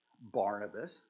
Barnabas